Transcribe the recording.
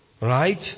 Right